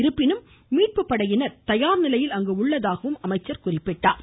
இருப்பினும் மீட்பு படையினர் தயார் நிலையில் அங்கு உள்ளதாகவும் அவர் குறிப்பிட்டாள்